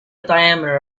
diameter